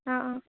অঁ অঁ